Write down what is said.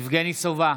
נגד יבגני סובה,